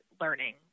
learning